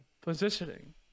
Positioning